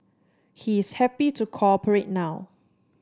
he is happy to cooperate now